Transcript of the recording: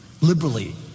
liberally